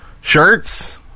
shirts